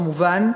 חלקן, כמובן,